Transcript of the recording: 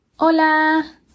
Hola